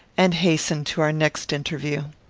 and hasten to our next interview.